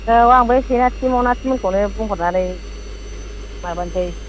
औ आं बे सनाथि मैनाथिमोनखौनो बुंहरनानै माबानसै